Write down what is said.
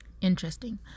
Interesting